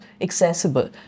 accessible